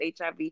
HIV